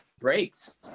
breaks